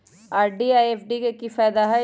RD आ FD के कि फायदा हई?